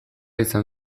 izan